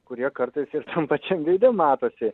kurie kartais ir tam pačiam veide matosi